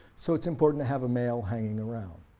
so it's important to have a male hanging around.